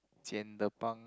Pang